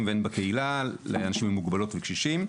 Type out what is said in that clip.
והן בקהילה לאנשים עם מוגבלויות וקשישים,